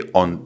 on